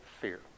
fear